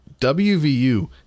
WVU